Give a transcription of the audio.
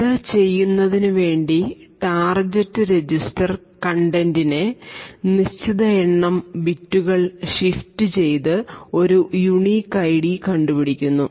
ഇത് ചെയ്യുന്നതിന് വേണ്ടി ടാർജെറ്റ് രജിസ്റ്റർ contents നെ നിശ്ചിത എണ്ണം ബിറ്റുകൾ ഷിഫ്ട് ചെയ്തു ഒരു unique ID കണ്ടു പിടിക്കുന്നു